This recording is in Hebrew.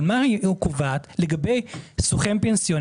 אבל מה היא קובעת לגבי סוכן פנסיוני?